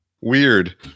Weird